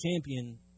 Champion